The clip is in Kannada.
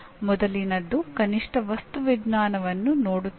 ಮೊದಲಿನದ್ದು ಕನಿಷ್ಠ ವಸ್ತು ವಿಜ್ಞಾನವನ್ನು ನೋಡುತ್ತಿತ್ತು